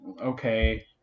okay